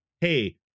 hey